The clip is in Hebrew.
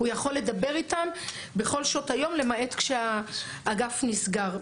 הוא יכול לדבר איתם בכל שעות היום למעט כאשר האגף נסגר.